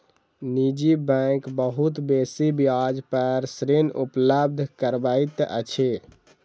निजी बैंक बहुत बेसी ब्याज पर ऋण उपलब्ध करबैत अछि